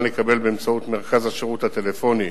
לקבל באמצעות מרכז השירות הטלפוני,